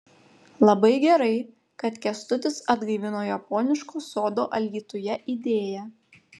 labai gerai kad kęstutis atgaivino japoniško sodo alytuje idėją